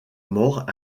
mort